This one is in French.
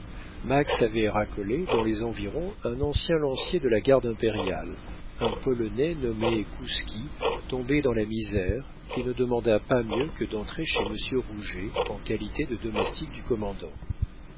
avait racolé dans les environs un ancien lancier de la garde impériale un polonais nommé kouski tombé dans la misère qui ne demanda pas mieux que d'entrer chez monsieur rouget en qualité de domestique du commandant